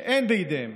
שאין בידיהם